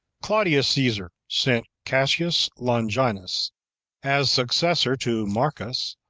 claudius caesar sent cassius longinus as successor to marcus,